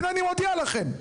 הנה, אני מודיע לכם.